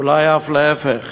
אולי אף להפך,